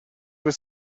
were